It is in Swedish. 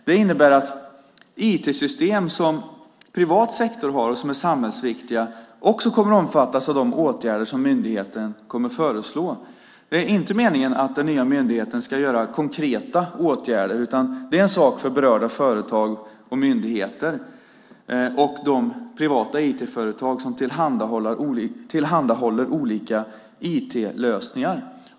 Det innebär att IT-system som finns i privat sektor och är samhällsviktiga också kommer att omfattas av de åtgärder som myndigheten kommer att föreslå. Det är inte meningen att den nya myndigheten ska vidta konkreta åtgärder utan det är en sak för berörda företag och myndigheter samt de privata IT-företag som tillhandahåller olika IT-lösningar.